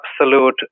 absolute